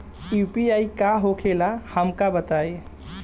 UPI का होखेला हमका बताई?